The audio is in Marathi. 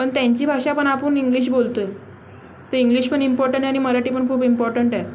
पण त्यांची भाषा पण आपण इंग्लिश बोलत आहे तर इंग्लिश पन इम्पॉर्टंट आहे आणि मराठी पण खूप इम्पॉर्टंट आहे